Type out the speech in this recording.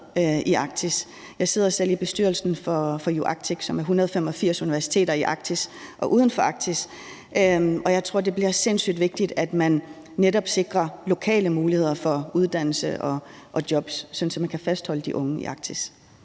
i Arktis. Jeg sidder selv i bestyrelsen for UArctic, som er 185 universiteter i Arktis og uden for Arktis, og jeg tror, det bliver sindssygt vigtigt, at man netop sikrer lokale muligheder for uddannelse og jobs, sådan at man kan fastholde de unge i Arktis.